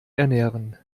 ernähren